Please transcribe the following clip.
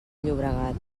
llobregat